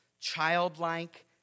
childlike